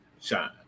shine